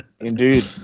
Indeed